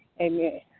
Amen